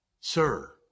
Sir